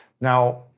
Now